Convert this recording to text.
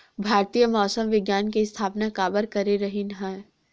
भारती मौसम विज्ञान के स्थापना काबर करे रहीन है?